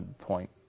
point